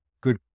good